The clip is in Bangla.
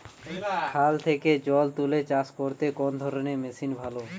খাল থেকে জল তুলে চাষ করতে কোন ধরনের মেশিন ভালো?